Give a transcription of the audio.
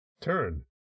Turn